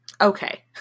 Okay